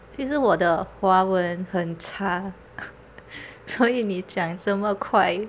其实我的华文很差所以你讲这么快